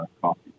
coffee